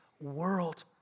world